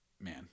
man